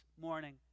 morning